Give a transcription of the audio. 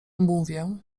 mówię